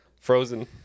Frozen